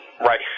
Right